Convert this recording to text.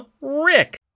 Rick